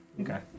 Okay